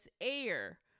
air